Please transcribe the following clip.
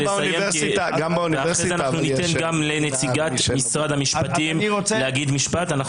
אחרי זה אנחנו ניתן גם לנציגת משרד המשפטים להגיד משפט.